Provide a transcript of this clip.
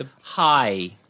Hi